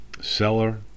seller